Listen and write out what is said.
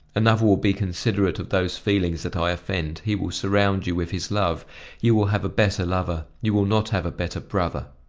another will be considerate of those feelings that i offend, he will surround you with his love you will have a better lover, you will not have a better brother.